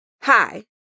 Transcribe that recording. Hi